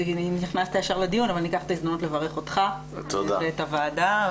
נכנסת ישר לדיון אבל אני אקח את ההזדמנות לברך אותך ואת הוועדה.